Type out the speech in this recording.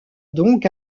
donc